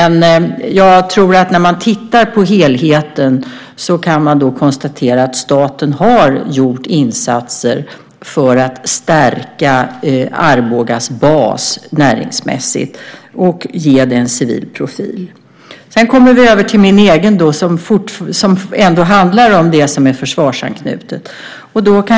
När man tittar på helheten kan man konstatera att staten har gjort insatser för att stärka Arbogas bas näringsmässigt och ge den en civil profil. Sedan kommer vi över till min egen del, som ändå handlar om det som är försvarsanknutet.